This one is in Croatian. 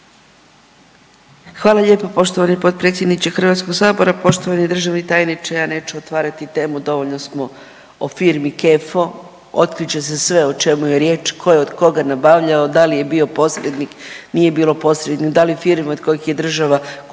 Hvala lijepo poštovani potpredsjedniče Hrvatskog sabora, poštovani državni tajniče. Ja neću otvarati temu dovoljno smo o firmi Kefo, otkrit će se sve o čemu je riječ, tko je od koga nabavljao, da li je bio posrednik, nije bio posrednik. Da li firme od kojih je država kupovala